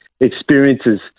experiences